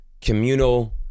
communal